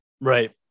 Right